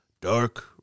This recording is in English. Dark